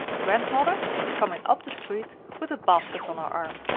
grandmother was coming up the street with a basket on her arm.